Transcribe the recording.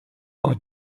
are